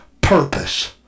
purpose